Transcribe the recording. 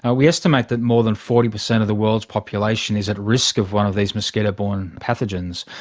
ah we estimate that more than forty percent of the world's population is at risk of one of these mosquito borne pathogens.